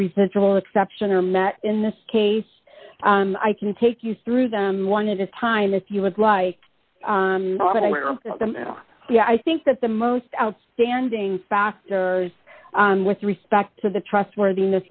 reasonable exception are met in this case i can take you through them one at a time if you would like them i think that the most outstanding factors with respect to the trustworthiness